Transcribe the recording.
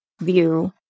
view